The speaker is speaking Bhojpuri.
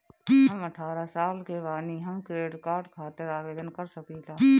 हम अठारह साल के बानी हम क्रेडिट कार्ड खातिर आवेदन कर सकीला?